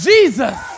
Jesus